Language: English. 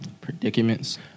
Predicaments